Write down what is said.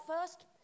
first